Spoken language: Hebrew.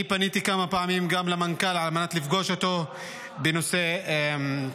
פניתי כמה פעמים גם למנכ"ל על מנת לפגוש אותו בנושא תאונות